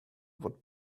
fod